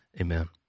Amen